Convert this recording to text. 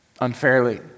Unfairly